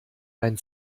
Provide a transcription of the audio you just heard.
dein